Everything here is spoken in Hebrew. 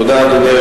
בבקשה, אדוני.